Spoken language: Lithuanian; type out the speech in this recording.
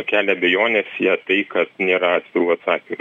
kelia abejones ja tai kad nėra atskirų atsakymų